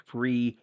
Free